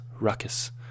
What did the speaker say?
ruckus